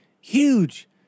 huge